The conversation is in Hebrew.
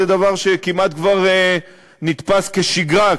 זה דבר שכבר כמעט נתפס כשגרה,